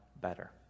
better